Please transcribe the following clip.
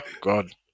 God